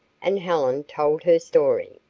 and helen told her story.